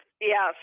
Yes